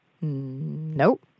Nope